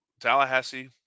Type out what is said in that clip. Tallahassee